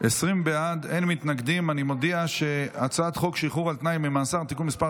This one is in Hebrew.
את הצעת חוק שחרור על תנאי ממאסר (תיקון מס'